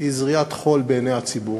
היא זריית חול בעיני הציבור,